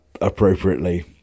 appropriately